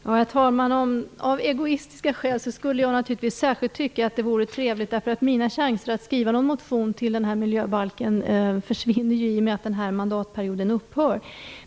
Herr talman! Av egoistiska skäl skulle jag naturligtvis tycka att det vore särskilt trevligt. Mina chanser att skriva någon motion till den här miljöbalken försvinner ju i och med att den här mandatperioden upphör.